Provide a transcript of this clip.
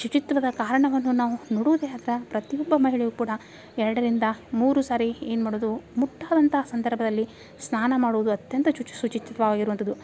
ಶುಚಿತ್ವದ ಕಾರಣವನ್ನು ನಾವು ನೋಡುವುದೇ ಆದ್ರೆ ಪ್ರತಿಯೊಬ್ಬ ಮಹಿಳೆಯೂ ಕೂಡ ಎರಡರಿಂದ ಮೂರು ಸಾರಿ ಏನು ಮಾಡೋದು ಮುಟ್ಟಾದಂಥ ಸಂದರ್ಭದಲ್ಲಿ ಸ್ನಾನ ಮಾಡುವುದು ಅತ್ಯಂತ ಶುಚಿ ಶುಚಿತ್ವ ಆಗಿರುವಂಥದು